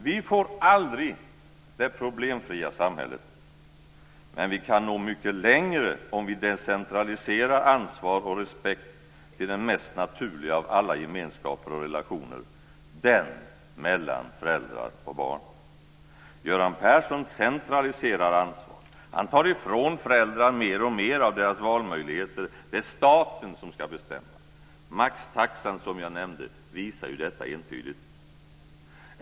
Vi får aldrig det problemfria samhället, men vi kan nå mycket längre om vi decentraliserar ansvar och respekt till den mest naturliga av alla gemenskaper och relationer, den mellan föräldrar och barn. Göran Persson centraliserar ansvar, tar ifrån föräldrar mer och mer av deras valmöjligheter. Det är staten som ska bestämma. Maxtaxan, som jag nämnde, visar detta entydigt.